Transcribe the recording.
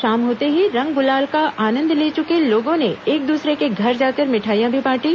शाम होते ही रंग गुलाल का आनंद ले चुके लोगों ने एक दूसरे के घर जाकर मिठाईयां भी बांटी